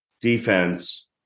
defense